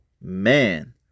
Man